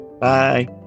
Bye